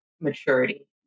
maturity